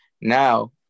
Now